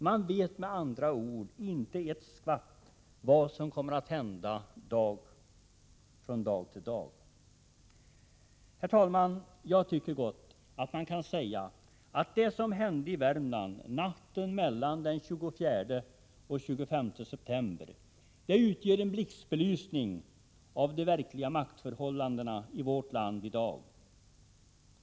Man vet med andra ord inte ett skvatt om vad som kan hända från dag till dag. Herr talman! Jag tycker gott att man kan säga att det som hände i Värmland natten mellan den 24 och den 25 september visade i blixtbelysning de verkliga maktförhållandena i vårt land i dag.